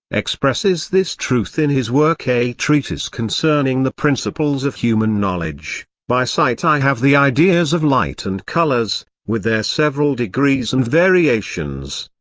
expresses this truth in his work a treatise concerning the principles of human knowledge by sight i have the ideas of light and colours, with their several degrees and variations.